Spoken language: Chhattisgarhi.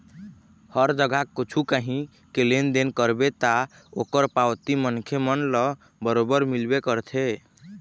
हर जगा कछु काही के लेन देन करबे ता ओखर पावती मनखे मन ल बरोबर मिलबे करथे